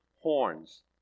horns